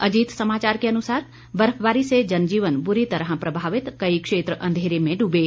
अजीत समाचार के अनुसार बर्फबारी से जनजीवन बुरी तरह प्रभावित कई क्षेत्र अंधेरे में डूबे